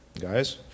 Guys